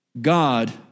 God